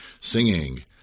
singing